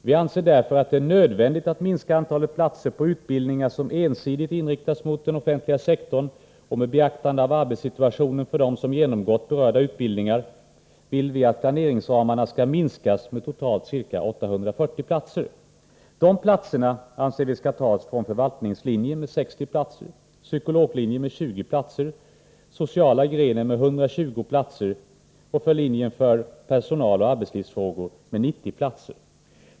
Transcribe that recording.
Vi anser därför att det är nödvändigt att minska antalet platser på utbildningar som ensidigt inriktas mot den offentliga sektorn och, med beaktande av arbetssituationen för dem som genomgått berörda utbildningar, att planeringsramarna skall minskas med totalt ca 840 platser. De platserna anser vi skall tas från förvaltningslinjen med 60 platser, psykologlinjen med 20 platser, sociala grenen med 120 platser, från linjen för personaloch arbetslivsfrågor med 90 platser.